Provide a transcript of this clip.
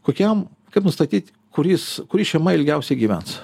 kokiam kaip nustatyt kuris kuri šeima ilgiausiai gyvens